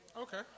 okay